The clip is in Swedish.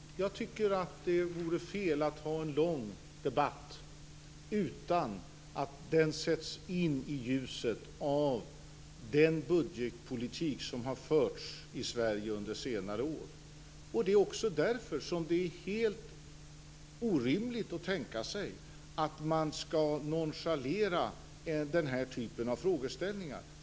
Fru talman! Jag tycker också att det vore fel att ha en lång debatt utan att den sätts i ljuset av den budgetpolitik som har förts i Sverige under senare år. Det är också därför det är helt orimligt att nonchalera den här typen av frågeställningar.